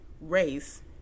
race